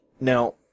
Now